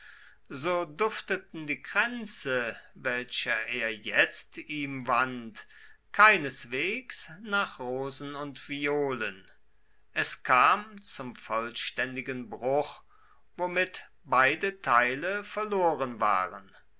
so dufteten die kränze welche er jetzt ihm wand keineswegs nach rosen und violen es kam zum vollständigen bruch womit beide teile verloren waren